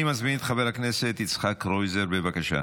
אני מזמין את חבר הכנסת יצחק קרויזר, בבקשה.